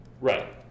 Right